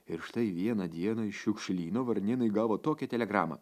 ir štai vieną dieną iš šiukšlyno varnėnai gavo tokią telegramą